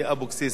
בבקשה.